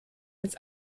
als